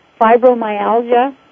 fibromyalgia